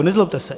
Nezlobte se.